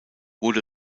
wurde